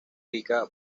rica